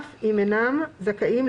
כמובן אם לא נשקפת